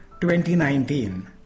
2019